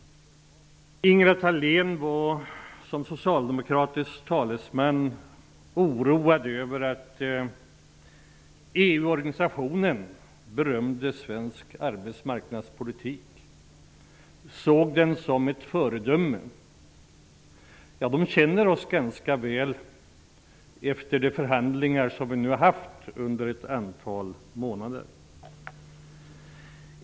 Ingela Thalén var som socialdemokratisk talesman oroad över att EU-organisationen berömde svensk arbetsmarknadspolitik och såg den som ett föredöme. De känner oss ganska väl efter de förhandlingar som vi har haft under ett antal månader.